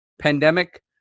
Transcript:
pandemic